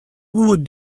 would